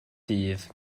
ffydd